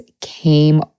came